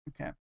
Okay